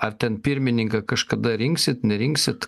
ar ten pirmininką kažkada rinksit nerinksit